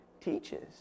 teaches